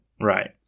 Right